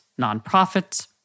nonprofits